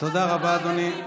תודה רבה, אדוני.